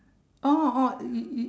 oh oh you you